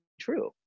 true